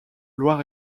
loir